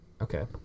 Okay